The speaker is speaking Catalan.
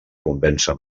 convèncer